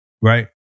Right